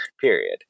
period